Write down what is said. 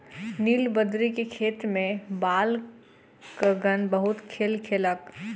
नीलबदरी के खेत में बालकगण बहुत खेल केलक